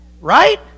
Right